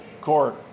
court